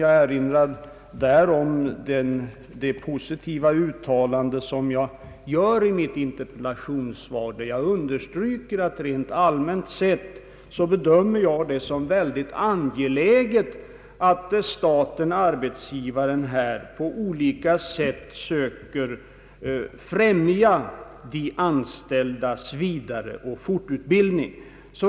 Jag erinrar om det positiva uttalande, som jag gör i mitt interpellationssvar, där jag framhåller att generellt sett bedömer jag det som mycket angeläget att statenarbetsgivaren på olika sätt söker främja de anställdas fortoch vidareutbildning.